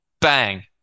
bang